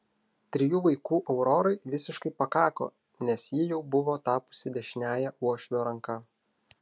trijų vaikų aurorai visiškai pakako nes ji jau buvo tapusi dešiniąja uošvio ranka